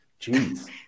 Jeez